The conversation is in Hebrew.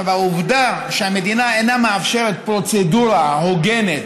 העובדה שהמדינה אינה מאפשרת פרוצדורה הוגנת